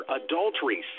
adultery